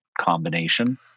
combination